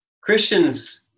Christians